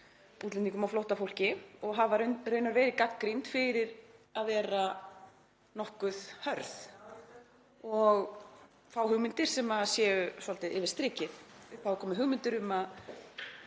útlendingum og flóttafólki og þau hafa raunar verið gagnrýnd fyrir að vera nokkuð hörð og að fá hugmyndir sem fara svolítið yfir strikið. Upp hafa komið hugmyndir um að